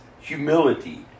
humility